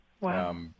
Wow